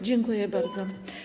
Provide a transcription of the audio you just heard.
Dziękuję bardzo.